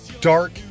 dark